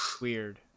weird